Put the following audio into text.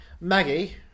Maggie